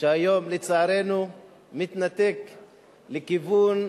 שהיום לצערנו מתנתק לכיוון,